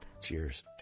Cheers